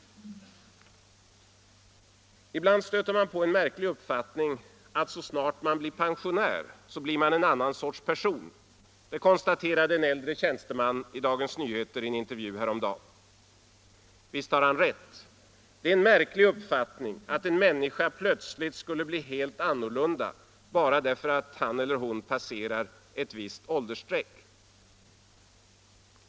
”Ibland stöter man på en märklig uppfattning att så snart man blir pensionär blir man en annan sorts person.” Det konstaterade en äldre tjänsteman i en intervju i Dagens Nyheter häromdagen. Visst har han rätt. Det är en märklig uppfattning att en människa plötsligt skulle bli helt annorlunda bara därför att han eller hon passerar ett visst åldersstreck.